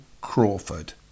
Crawford